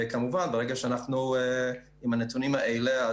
וכמובן ברגע שאנחנו עם הנתונים האלה,